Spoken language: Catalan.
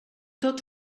tot